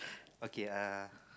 okay uh